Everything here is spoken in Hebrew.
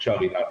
בבקשה רינת.